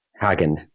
Hagen